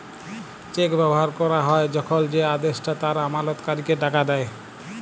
check ব্যবহার ক্যরা হ্যয় যখল যে আদেষ্টা তার আমালতকারীকে টাকা দেয়